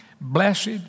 Blessed